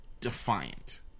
defiant